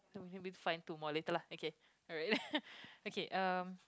oh find two more later lah okay alright okay uh